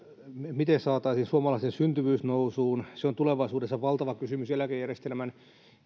miten saataisiin suomalaisten syntyvyys nousuun ovat tulevaisuudessa valtavia kysymyksiä eläkejärjestelmän